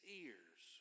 ears